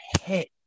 hit